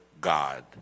God